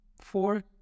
Four